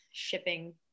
shipping